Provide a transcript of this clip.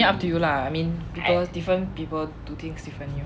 I mean up to you lah I mean people different people do things different view